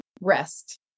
rest